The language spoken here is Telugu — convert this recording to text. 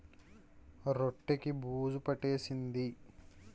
రొట్టె కి బూజు పట్టేసింది